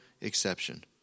exception